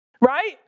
right